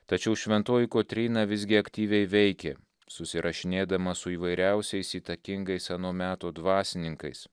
tačiau šventoji kotryna visgi aktyviai veikė susirašinėdama su įvairiausiais įtakingais ano meto dvasininkais